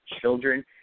children